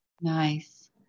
nice